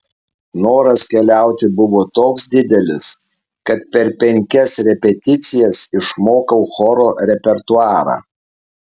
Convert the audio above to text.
noras keliauti buvo toks didelis kad per penkias repeticijas išmokau choro repertuarą